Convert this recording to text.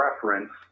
preference